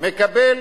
מקבל